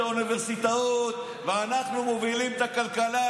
האוניברסיטאות ואנחנו מובילים את הכלכלה,